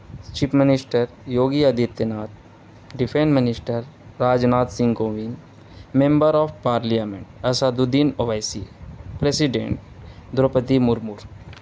chief minister Yogi Adityanath defence minister Rajnath Singh کوون member of parliament Asaduddin Owaisi president Droupadi مرمر